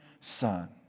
Son